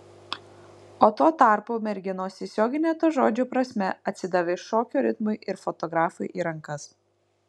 o tuo tarpu merginos tiesiogine to žodžio prasme atsidavė šokio ritmui ir fotografui į rankas